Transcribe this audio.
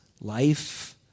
life